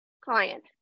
client